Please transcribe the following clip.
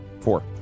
Four